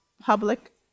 public